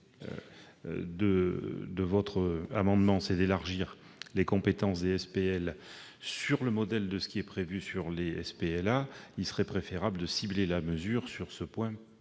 de cet amendement est d'élargir les compétences des SPL, sur le modèle de ce qui est prévu pour les SPLA, il serait alors préférable de cibler la mesure sur ce point